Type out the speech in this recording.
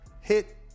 Hit